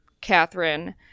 Catherine